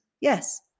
Yes